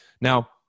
Now